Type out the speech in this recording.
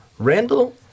Randall